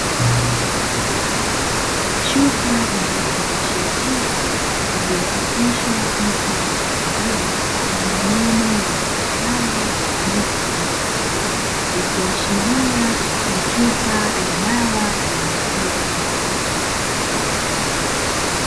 Chupa na kifungashio chake iliyochapishwa picha ya kondoo na maneno yasomekayo "DECTOMAX", ikiashiria ni chupa ya dawa ya mifugo.